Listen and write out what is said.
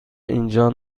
اینجا